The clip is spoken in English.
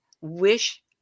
wish